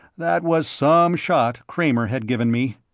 that was some shot kramer had given me.